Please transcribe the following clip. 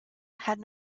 had